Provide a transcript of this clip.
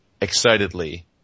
excitedly